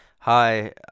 Hi